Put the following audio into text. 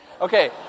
Okay